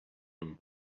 them